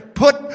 Put